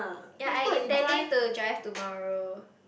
ya I intending to drive tomorrow